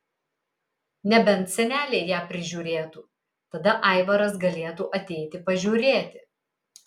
nebent seneliai ją prižiūrėtų tada aivaras galėtų ateiti pažiūrėti